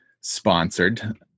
sponsored